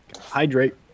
Hydrate